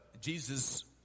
Jesus